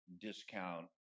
discount